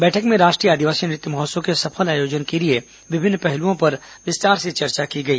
बैठक में राष्ट्रीय आदिवासी नृत्य महोत्सव के सफल आयोजन के लिए विभिन्न पहलुओं पर विस्तार से चर्चा की गई